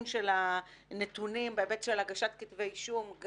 של הנתונים בהיבט של הגשת כתבי אישום.